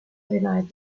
denied